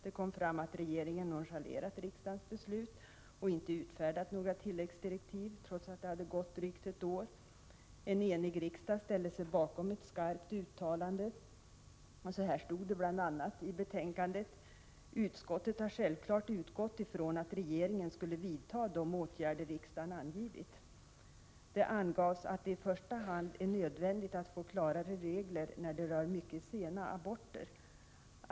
Det kom fram att regeringen nonchalerat riksdagens beslut och inte utfärdat några tilläggsdirektiv, trots att det hade gått drygt ett år. En enig riksdag ställde sig bakom ett skarpt uttalande. Så här stod det bl.a. i betänkandet: ”Utskottet har självklart utgått ifrån att regeringen skulle vidta de åtgärder riksdagen angivit.” Det angavs att det i första hand är nödvändigt att få klarare regler när det rör mycket sena aborter.